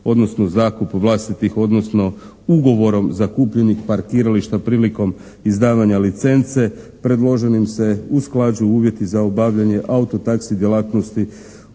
odnosno zakup vlastitih, odnosno ugovorom zakupljenih parkirališta prilikom izdavanja licence. Predloženim se usklađuju uvjeti za obavljanje auto-taksi djelatnosti